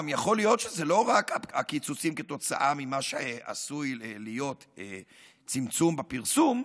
גם יכול להיות שזה לא רק הקיצוצים כתוצאה ממה שעשוי להיות צמצום בפרסום,